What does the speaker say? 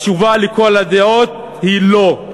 התשובה, לכל הדעות, היא לא.